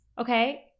Okay